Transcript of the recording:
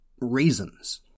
reasons